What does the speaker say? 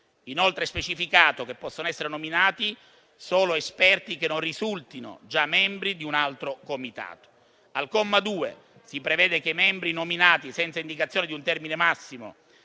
Inoltre è specificato che possono essere nominati solo esperti che non risultino già membri di un altro comitato. Al comma 2 si prevede che i membri nominati senza indicazione di un termine massimo